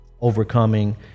overcoming